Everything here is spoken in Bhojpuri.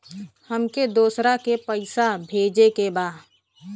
हमके दोसरा के पैसा भेजे के बा?